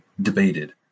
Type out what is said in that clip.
debated